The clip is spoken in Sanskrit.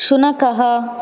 शुनकः